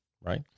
right